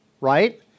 right